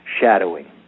shadowing